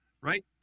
Right